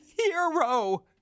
hero